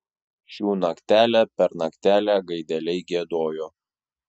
šių naktelę per naktelę gaideliai giedojo